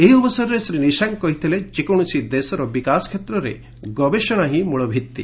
ଏହି ଅବସରରେ ଶ୍ରୀ ନିଶଙ୍କ କହିଥିଲେ ଯେକୌଣସି ଦେଶର ବିକାଶ କ୍ଷେତ୍ରରେ ଗବେଷଣା ହିଁ ମୂଳଭିତ୍ତି